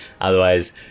Otherwise